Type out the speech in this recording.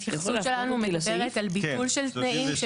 ההתייחסות שלנו מדברת על ביטול של תנאים,